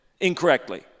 incorrectly